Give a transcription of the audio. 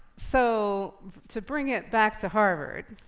so to bring it back to harvard.